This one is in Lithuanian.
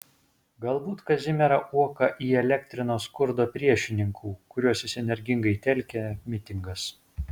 galbūt kazimierą uoką įelektrino skurdo priešininkų kuriuos jis energingai telkė mitingas